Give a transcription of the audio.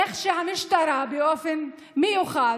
איך שהמשטרה באופן מיוחד,